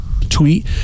tweet